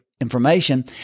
information